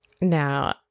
Now